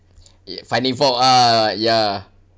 i~ finding fault ah ya